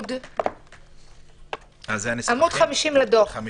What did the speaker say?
בעמוד 50 בדוח.